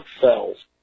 cells